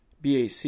BAC